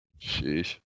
Sheesh